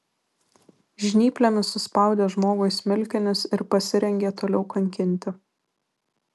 žnyplėmis suspaudė žmogui smilkinius ir pasirengė toliau kankinti